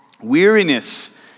Weariness